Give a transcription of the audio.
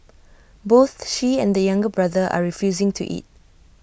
both she and the younger brother are refusing to eat